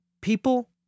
people